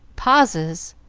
pauses,